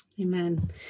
Amen